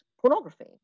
pornography